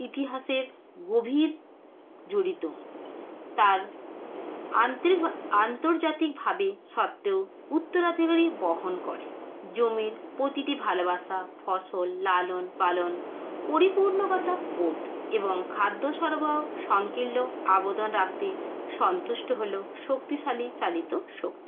ইতিহাসের গভীর জড়িত তার আন্তর্জাতিকভাবে সত্ত্বেও উত্তরাধিকারী বহন করে জমির প্রতিটি ভালোবাসা ফসল লালন পালন পরিপূর্ণকতা বোধ এবং খাদ্য সরবরাহ সংকিল্ল অবদান রাখতে সন্তুষ্ট হলেও শক্তিশালী চালিত শক্তি